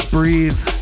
Breathe